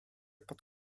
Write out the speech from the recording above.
pod